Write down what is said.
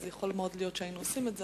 יכול מאוד להיות שהיינו עושים את זה,